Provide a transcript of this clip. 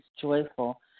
joyful